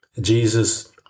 Jesus